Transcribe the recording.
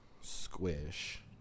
Squish